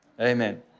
Amen